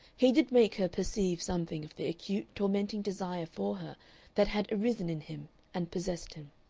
he did make her perceive something of the acute, tormenting desire for her that had arisen in him and possessed him.